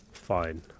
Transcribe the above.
Fine